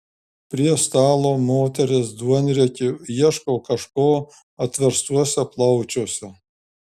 prie stalo moterys duonriekiu ieško kažko atverstuose plaučiuose